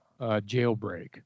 jailbreak